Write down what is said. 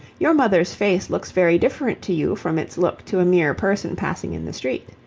your mother's face looks very different to you from its look to a mere person passing in the street.